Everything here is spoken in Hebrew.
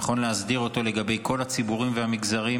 נכון להסדיר אותו לגבי כל הציבורים והמגזרים